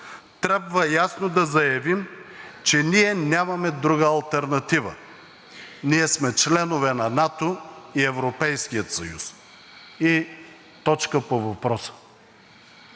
Трябва ясно да заявим, че ние нямаме друга алтернатива. Ние сме членове на НАТО и Европейския съюз и точка по въпроса.